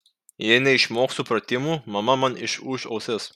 jei neišmoksiu pratimų mama man išūš ausis